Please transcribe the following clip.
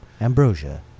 Ambrosia